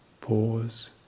pause